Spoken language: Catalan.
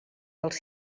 dels